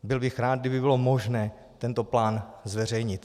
Byl bych rád, kdyby bylo možné tento plán zveřejnit.